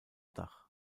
dach